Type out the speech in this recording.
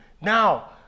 Now